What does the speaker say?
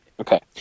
Okay